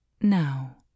Now